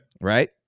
Right